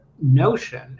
notion